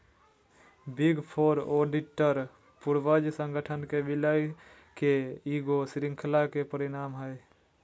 big four auditor पूर्वज संगठन के विलय के ईगो श्रृंखला के परिणाम हइ